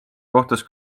kohtus